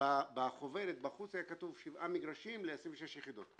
בחוברת, בחוץ היה כתוב שבעה מגרשים ל-26 יחידות.